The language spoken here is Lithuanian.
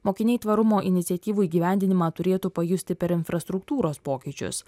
mokiniai tvarumo iniciatyvų įgyvendinimą turėtų pajusti per infrastruktūros pokyčius